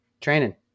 training